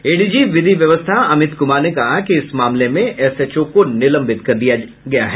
ADG विधि व्यवस्था अमित कुमार ने कहा कि इस मामले में एसएचओ को निलंबित किया जा चुका है